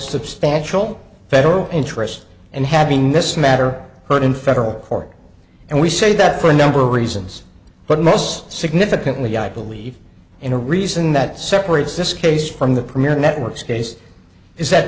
substantial federal interest and having this matter heard in federal court and we say that for a number of reasons but most significantly i believe in a reason that separates this case from the premier networks case is that